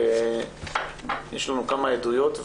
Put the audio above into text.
יש לנו כמה עדויות,